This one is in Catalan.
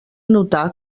notar